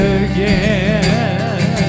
again